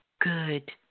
Good